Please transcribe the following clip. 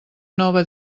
nova